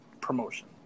promotion